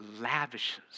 lavishes